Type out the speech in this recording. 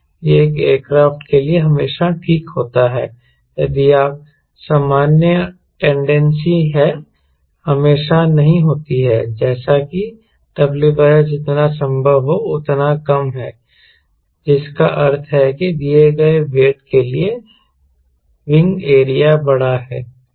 यह एक एयरक्राफ्ट के लिए हमेशा ठीक होता है यदि आप सामान्य टेंडेंसी है हमेशा नहीं होती है जैसे कि WS जितना संभव हो उतना कम है जिसका अर्थ है कि दिए गए वेट के लिए विंग एरिया बड़ा है